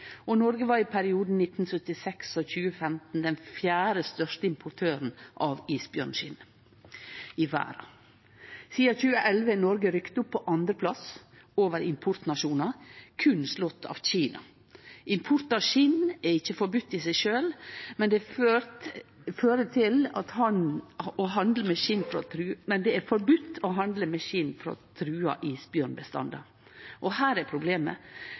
i Noreg, har ein tvilsam handel med isbjørnskinn fortsett. Noreg var i perioden 1976–2015 den fjerde største importøren av isbjørnskinn i verda. Sidan 2011 har Noreg rykt opp på andre plass over importnasjonar – berre slått av Kina. Import av skinn er ikkje forbode i seg sjølv, men det er forbode å handle med skinn frå trua isbjørnbestandar. Og her er problemet